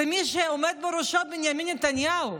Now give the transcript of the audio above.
ומי שעומד בראש, בנימין נתניהו,